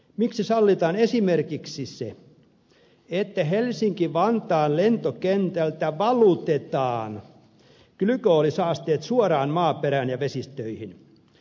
miksi sallitaan esimerkiksi se että helsinki vantaan lentokentältä valutetaan glykolisaasteet suoraan maaperään ja vesistöihin